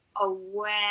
aware